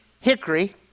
hickory